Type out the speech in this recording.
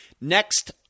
Next